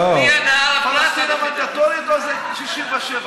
פלסטין המנדטורית או, 67'?